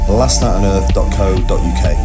lastnightonearth.co.uk